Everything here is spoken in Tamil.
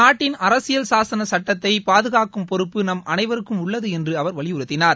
நாட்டின் அரசியல் சாசன சுட்டத்தை பாதுகாக்கும் பொறுப்பு நாம் அனைவருக்கும் உள்ளது என்று அவர் வலியுறுத்தினார்